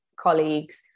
colleagues